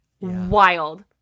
Wild